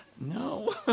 No